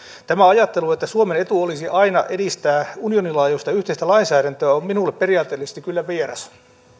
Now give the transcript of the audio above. tämä ajattelu että suomen etu olisi aina edistää unioninlaajuista yhteistä lainsäädäntöä on on minulle periaatteellisesti kyllä vieras